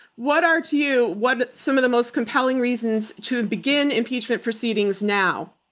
what are to you, what are some of the most compelling reasons to and begin impeachment proceedings now?